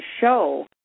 show